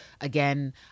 again